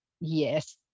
yes